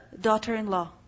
daughter-in-law